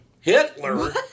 Hitler